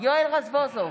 יואל רזבוזוב,